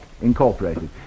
Incorporated